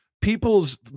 people's